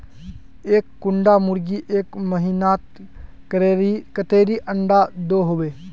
एक कुंडा मुर्गी एक महीनात कतेरी अंडा दो होबे?